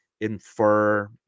infer